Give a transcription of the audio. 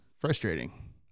frustrating